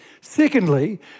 Secondly